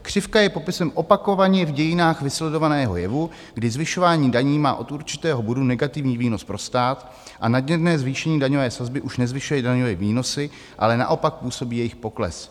Křivka je popisem opakovaně v dějinách vysledovaného jevu, kdy zvyšování daní má od určitého bodu negativní výnos pro stát a nadměrné zvýšení daňové sazby už nezvyšuje daňové výnosy, ale naopak působí jejich pokles.